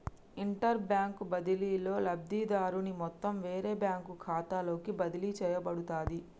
interbank బదిలీలో, లబ్ధిదారుని మొత్తం వేరే బ్యాంకు ఖాతాలోకి బదిలీ చేయబడుతది